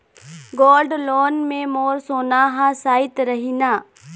Gold loan मे मोर सोना हा सइत रही न?